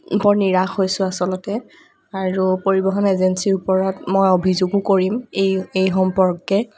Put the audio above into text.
বৰ নিৰাশ হৈছোঁ আচলতে আৰু পৰিৱহন এজেন্সিৰ ওপৰত মই অভিযোগো কৰিম এই এই এই সম্পৰ্কে